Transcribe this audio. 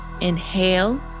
Inhale